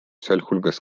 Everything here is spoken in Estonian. sealhulgas